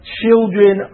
children